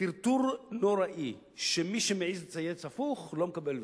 וטרטור נוראי, שמי שמעז לצייץ הפוך לא מקבל ויזה.